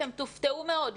אתם תופתעו מאוד.